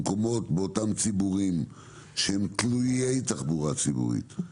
באותם ציבורים שהם תלויי תחבורה ציבורית,